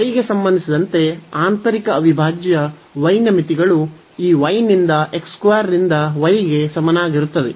Y ಗೆ ಸಂಬಂಧಿಸಿದಂತೆ ಆಂತರಿಕ ಅವಿಭಾಜ್ಯ y ನ ಮಿತಿಗಳು ಈ y ನಿಂದ ರಿಂದ y ಗೆ ಸಮನಾಗಿರುತ್ತದೆ